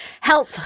help